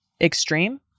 extreme